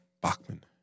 Bachman